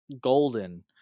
golden